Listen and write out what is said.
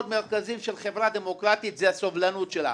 מרכזיים של חברה דמוקרטית זה הסובלנות שלה.